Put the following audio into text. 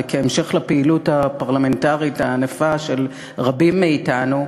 וכהמשך לפעילות הפרלמנטרית הענפה של רבים מאתנו,